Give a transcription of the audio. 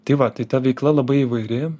tai va tai ta veikla labai įvairi